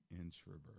introvert